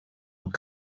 were